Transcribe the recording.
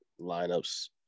lineups